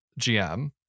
GM